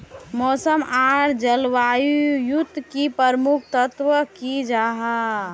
मौसम आर जलवायु युत की प्रमुख तत्व की जाहा?